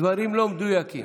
דברים לא מדויקים.